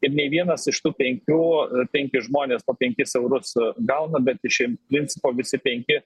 ir nei vienas iš tų penkių penki žmonės po penkis eurus gauna bet išim principo visi penki